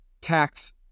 Tax